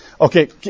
Okay